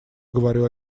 говорю